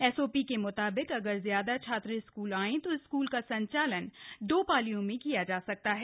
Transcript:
SOP के मुताबिक अगर ज्यादा छात्र स्कूल आएं तो स्कूल का संचालन दो पालियों में किया जा सकता है